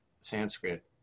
Sanskrit